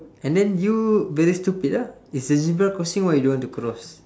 and then you very stupid ah it's a zebra crossing why you don't want to cross